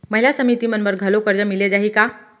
महिला समिति मन बर घलो करजा मिले जाही का?